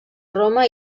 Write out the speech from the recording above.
roma